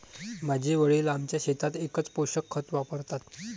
माझे वडील आमच्या शेतात एकच पोषक खत वापरतात